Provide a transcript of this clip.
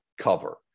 cover